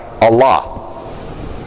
Allah